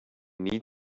need